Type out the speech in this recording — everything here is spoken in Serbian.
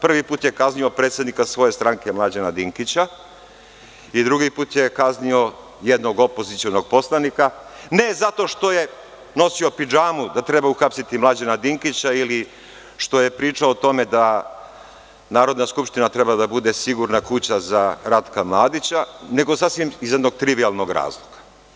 Prvi put je kaznio predsednika svoje stranke Mlađana Dinkića i drugi put je kaznio jednog opozicionog poslanika, ne zato što je nosio pidžamu kada treba uhapsiti Mlađana Dinkića ili što je pričao o tome da Narodna skupština treba da bude sigurna kuća za Ratka Mladića, nego sasvim iz jednog trivijalnog razloga.